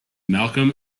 malcolm